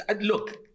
Look